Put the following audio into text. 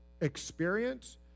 experience